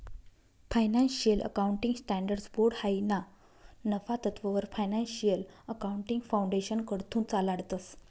financial accounting standards board हायी ना नफा तत्ववर फायनान्शियल अकाउंटिंग फाउंडेशनकडथून चालाडतंस